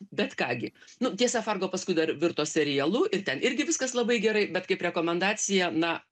bet ką gi nu tiesa fargo paskui dar virto serialu ir ten irgi viskas labai gerai bet kaip rekomendacija na